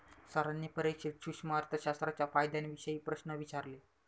सरांनी परीक्षेत सूक्ष्म अर्थशास्त्राच्या फायद्यांविषयी प्रश्न विचारले